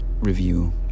review